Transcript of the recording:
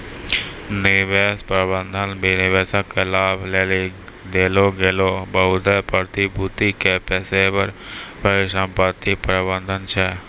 निवेश प्रबंधन निवेशक के लाभ लेली देलो गेलो बहुते प्रतिभूति के पेशेबर परिसंपत्ति प्रबंधन छै